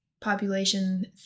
Population